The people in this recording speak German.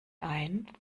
ein